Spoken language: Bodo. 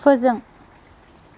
फोजों